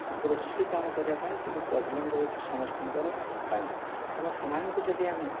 କୃଷି କାମ କରିବା ପାଇଁ ଟିକେ ପ୍ରୋବ୍ଲେମ୍ ରହୁଛି ସମସ୍ତଙ୍କର ପାଇଁ ତେଣୁ ସେମାନଙ୍କୁ ଯଦି ଆମେ